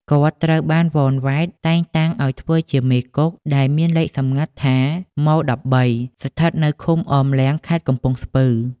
គាត់ត្រូវបាន វ៉ន វ៉េត តែងតាំងឱ្យធ្វើជាមេគុក ដែលមានលេខសម្ងាត់ថា ម-១៣ ស្ថិតនៅឃុំអមលាំង ខេត្តកំពង់ស្ពឺ។